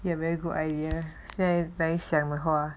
be a very good idea say they share my hall